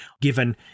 given